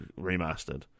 remastered